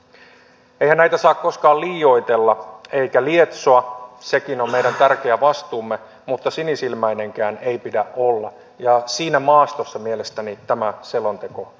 eihän näitä saa koskaan liioitella eikä lietsoa sekin on meidän tärkeä vastuumme mutta sinisilmäinenkään ei pidä olla ja siinä maastossa mielestäni tämä selonteko liikkuu